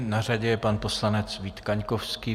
Na řadě je pan poslanec Vít Kaňkovský.